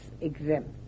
exempt